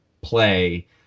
play